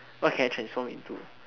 what can I transform into